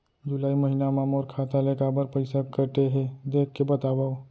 जुलाई महीना मा मोर खाता ले काबर पइसा कटे हे, देख के बतावव?